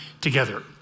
together